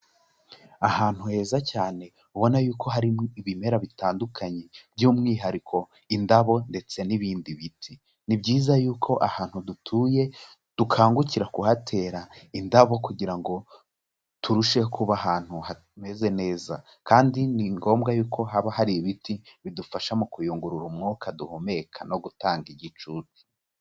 Ahantu heza cyane ubona yuko harimo ibimera bitandukanye by'umwihariko indabo ndetse n'ibindi biti, ni byiza yuko ahantu dutuye, dukangukira kuhatera indabo kugira ngo turusheho kuba ahantu hameze neza kandi ni ngombwa yuko haba hari ibiti, bidufasha mu kuyungurura umwuka duhumeka no gutanga igicucu.